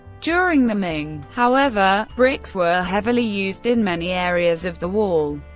during the ming, however, bricks were heavily used in many areas of the wall,